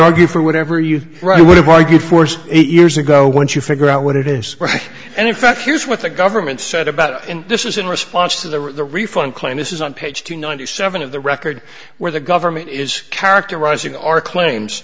argue for whatever you rather would have argued force eight years ago once you figure out what it is and in fact here's what the government said about this is in response to the refund claim this is on page two ninety seven of the record where the government is characterizing our claims